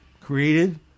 created